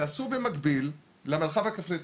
תעשו במקביל למרחב הכפרי.